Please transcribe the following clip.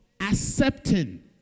accepting